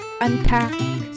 unpack